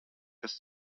kas